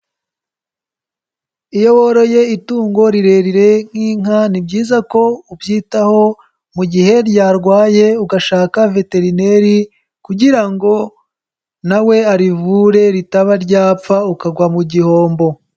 Iyo woroye itungo rirerire nk'inka, ni byiza ko ubyitaho mu gihe ryarwaye ugashaka veterineri, kugira ngo na we arivure ritaba ryapfa ukagwa mu gihombo.